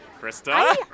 Krista